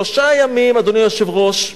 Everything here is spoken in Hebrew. שלושה ימים, אדוני היושב-ראש,